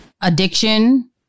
addiction